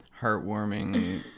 heartwarming